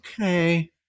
okay